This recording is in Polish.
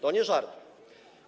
To nie żart.